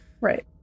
Right